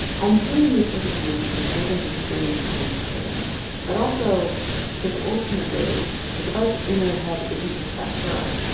i'm doing this interview because megan's experience is interesting but also because ultimately, the device in her head isn't just about her.